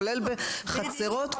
כולל בחצרות,